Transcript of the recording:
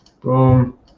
boom